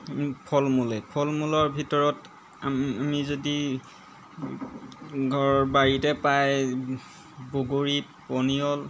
ফল মূলেই ফল মূলৰ ভিতৰত আমি যদি ঘৰ বাৰীতে পায় বগৰী পনিয়ল